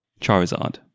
Charizard